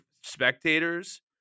spectators